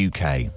UK